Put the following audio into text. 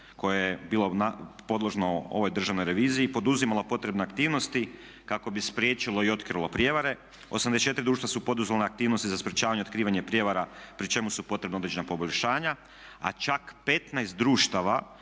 koje je bilo podložno ovoj državnoj reviziji poduzimalo potrebne aktivnosti kako bi spriječilo i otkrilo prijevare. 84 društva su poduzele aktivnosti za sprječavanje i otkrivanje prijevara pri čemu su potrebna određena poboljšanja a čak 15 društava